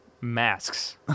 masks